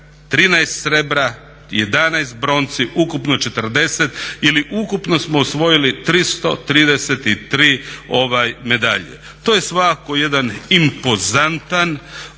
13 srebra, 11 bronci, ukupno 40 ili ukupno smo osvojili 333 medalje. To je svakako jedan impozantan